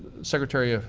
secretary ah